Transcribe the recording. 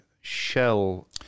Shell